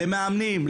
למאמנים,